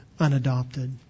unadopted